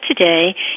today